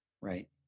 Right